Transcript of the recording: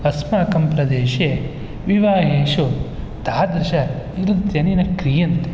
अस्माकं प्रदेशे विवाहेषु तादृशनृत्यानि न क्रियन्ते